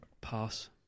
Pass